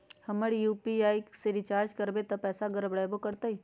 अगर हम यू.पी.आई से रिचार्ज करबै त पैसा गड़बड़ाई वो करतई?